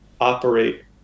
operate